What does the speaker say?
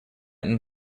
eton